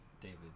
David